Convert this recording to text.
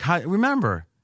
remember –